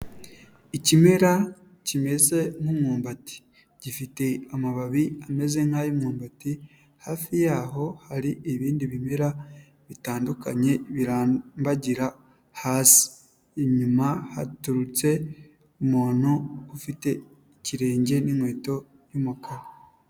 Ikimera kimeze nk'umwumbati gifite amababi ameze nk'ay'umwumbati hafi yaho hari ibindi bimerara bitandukanye birambagira hasi, inyuma haturutse umuntu ufite ikirenge n'inkweto y'umukara.